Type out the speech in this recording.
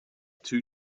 two